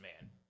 man